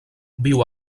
viu